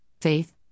faith